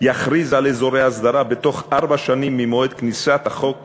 יכריז על אזורי הסדרה בתוך ארבע שנים ממועד כניסת החוק לתוקף.